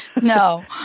No